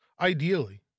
Ideally